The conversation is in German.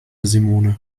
simone